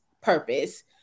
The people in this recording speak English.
purpose